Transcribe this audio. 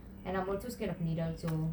and I'm also scared of needles also